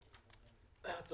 בבקשה.